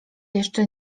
jeszcze